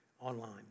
online